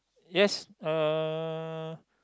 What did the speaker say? yes uh